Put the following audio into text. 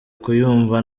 kuyumva